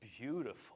beautiful